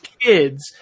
kids